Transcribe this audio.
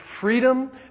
freedom